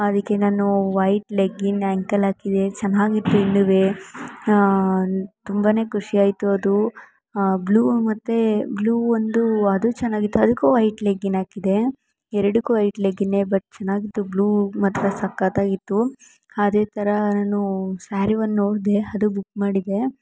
ಅದಕ್ಕೆ ನಾನು white legging ankle ಹಾಕಿದೆ ಚೆನ್ನಾಗಿತ್ತು ಇನ್ನು ತುಂಬ ಖುಷಿಯಾಯಿತು ಅದು ಬ್ಲೂ ಮತ್ತೆ ಬ್ಲೂ ಒಂದು ಅದು ಚೆನ್ನಾಗಿತ್ತು ಅದಕ್ಕು ವೈಟ್ ಲೆಗ್ಗಿನ್ ಹಾಕಿದೆ ಎರಡಕ್ಕು ವೈಟ್ ಲೆಗ್ಗಿನೇ ಬಟ್ ಚೆನ್ನಾಗಿತ್ತು ಬ್ಲೂ ಮಾತ್ರ ಸಕ್ಕತ್ತಾಗಿತ್ತು ಅದೇ ಥರ ನಾನು ಸಾರಿ ಒಂದು ನೋಡಿದೆ ಅದೂ ಬುಕ್ ಮಾಡಿದ್ದೆ